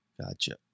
Gotcha